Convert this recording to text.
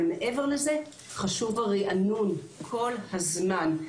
אבל מעבר לזה חשוב הרענון כל הזמן.